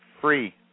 free